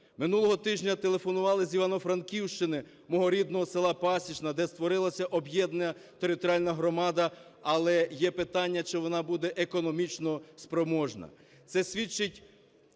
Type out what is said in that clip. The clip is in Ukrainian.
Минулого тижня телефонували з Івано-Франківщини, мого рідного села Пасічне, де створилося об'єднана територіальна громада, але є питання, чи вона буде економічно спроможна.